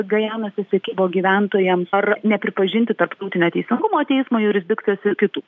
gajanos esekibo gyventojams ar nepripažinti tarptautinio teisingumo teismo jurisdikcijos ir kitų